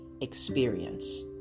Experience